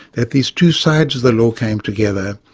that these two sides of the law came together,